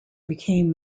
became